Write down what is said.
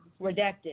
Redacted